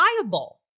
liable